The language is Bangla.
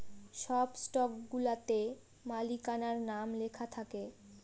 সব স্টকগুলাতে মালিকানার নাম লেখা থাকে